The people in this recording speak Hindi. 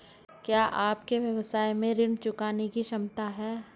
क्या आपके व्यवसाय में ऋण चुकाने की क्षमता है?